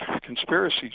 conspiracy